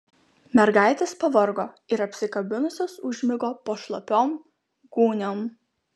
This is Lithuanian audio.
mergaitės pavargo ir apsikabinusios užmigo po šlapiom gūniom